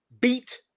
beat